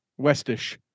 westish